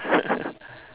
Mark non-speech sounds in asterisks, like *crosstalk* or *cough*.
*laughs*